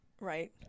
Right